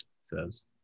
says